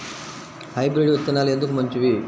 Hybrid విత్తనాలు ఎందుకు మంచివి?